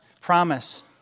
promise